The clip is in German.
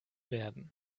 werden